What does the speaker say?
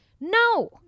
No